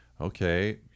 okay